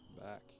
back